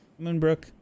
Moonbrook